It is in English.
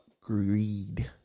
Greed